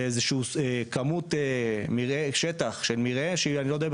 לאיזושהי כמות שטח של מרעה שאני לא יודע אם